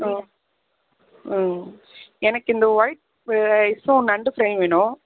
எனக்கு இந்த ஒயிட் ரைஸும் நண்டு ப்ரையும் வேணும்